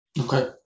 okay